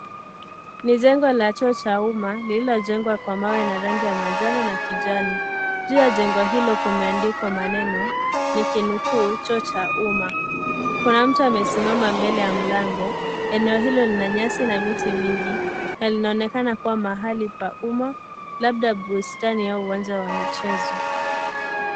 Ni jengo la choo cha umma, lililojengwa kwa mawe na rangi ya manjano na kijani. Juu ya jengo hilo kumeandikwa maneno, nikinukuu: Choo Cha Umma. Kuna mtu amesimama mbele ya mlango. Eneo hilo lina nyasi na miti mingi na linaonekana kuwa mahali pa umma, labda bustani au uwanja wa michezo.